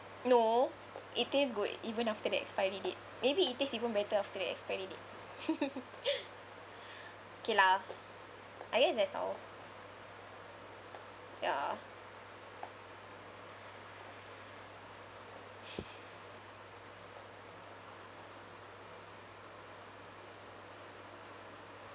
no it taste good even after the expiry date maybe it taste even better after the expiry date okay lah I guess that's all ya